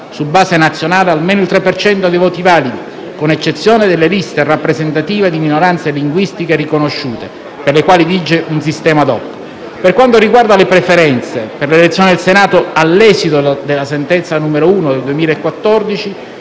su base nazionale, almeno il 3 per cento dei voti validi, con eccezione delle liste rappresentative di minoranze linguistiche riconosciute, per le quali vige un sistema *ad hoc*. Per quanto riguarda le preferenze, per l'elezione del Senato, all'esito della sentenza n. 1 del 2014